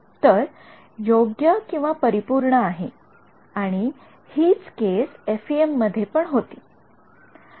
तर योग्यपरिपूर्ण आहे आणि हिच केस एफइएम मध्ये पण होती